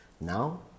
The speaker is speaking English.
Now